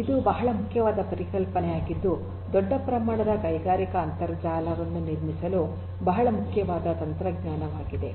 ಇದು ಬಹಳ ಮುಖ್ಯವಾದ ಪರಿಕಲ್ಪನೆಯಾಗಿದ್ದು ದೊಡ್ಡ ಪ್ರಮಾಣದ ಕೈಗಾರಿಕಾ ಅಂತರ್ಜಾಲವನ್ನು ನಿರ್ಮಿಸಲು ಬಹಳ ಮುಖ್ಯವಾದ ತಂತ್ರಜ್ಞಾನವಾಗಿದೆ